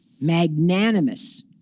magnanimous